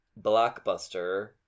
blockbuster